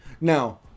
Now